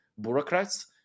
bureaucrats